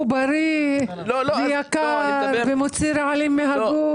הוא בריא, הוא מוציא רעלים מהגוף.